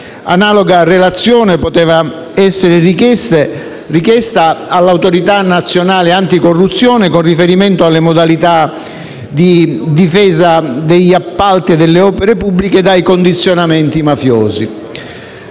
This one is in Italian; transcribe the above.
Analoga relazione poteva essere richiesta all'Autorità nazionale anticorruzione, con riferimento alle modalità di difesa degli appalti e delle opere pubbliche dai condizionamenti mafiosi.